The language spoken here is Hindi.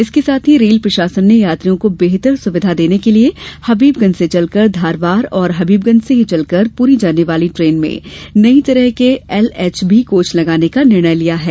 इसके साथ ही रेल प्रशासन ने यात्रियों को बेहतर सुविधा देने के लिए हबीबगंज से चलकर धारवार और हबीबगंज से ही चलकर पुरी जाने वाली ट्रेन में नई तरह के एलएचबी कोच लगाने का निर्णय लिया है